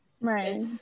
Right